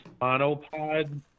monopod